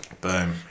Boom